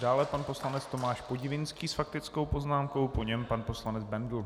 Dále pan poslanec Tomáš Podivínský s faktickou poznámkou, po něm pan poslanec Bendl.